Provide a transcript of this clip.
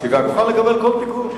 אני מוכן לקבל כל תיקון.